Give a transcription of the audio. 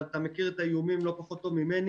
אבל אתה מכיר את האיומים לא לפחות טוב ממני.